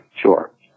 Sure